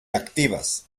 activas